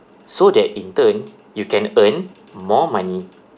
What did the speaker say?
so that in turn you can earn more money